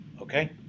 okay